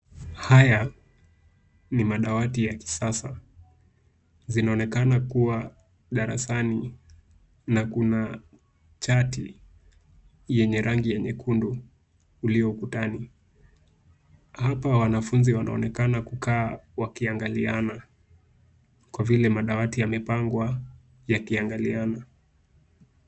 Haya ni madawati ya kisasa zinaonekana kuwa darasani na kuna chati yenye rangi ya nyekundu ulio ukutani. Hapa wanafunzi wanaonekana kukaa wakiangaliana kwa vile madawati yamepangwa yakiangaliana.